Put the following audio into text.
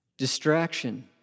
Distraction